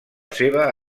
seva